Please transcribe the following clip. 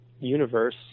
universe